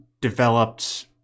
developed